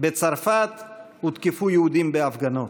בצרפת הותקפו יהודים בהפגנות,